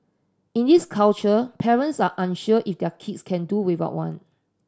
in this culture parents are unsure if their kids can do without one